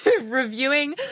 reviewing